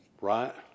Right